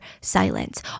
silence